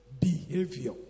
behavior